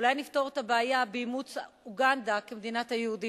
אולי נפתור את הבעיה באימוץ אוגנדה כמדינת היהודים,